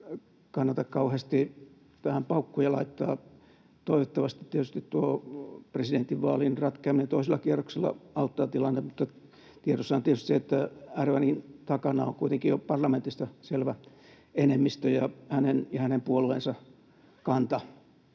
kannata kauheasti tähän paukkuja laittaa. Toivottavasti tietysti tuo presidentinvaalien ratkeaminen toisella kierroksella auttaa tilannetta, mutta tiedossa on tietysti se, että Erdoǧanin takana on kuitenkin jo parlamentista selvä enemmistö, ja hänen ja hänen puolueensa kanta